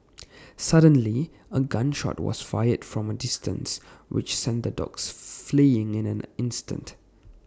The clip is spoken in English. suddenly A gun shot was fired from A distance which sent the dogs fleeing in an instant